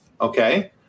Okay